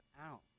out